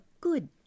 good